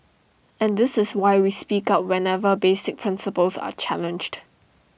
and this is why we speak up whenever basic principles are challenged